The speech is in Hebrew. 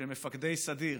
שהם מפקדי סדיר,